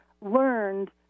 learned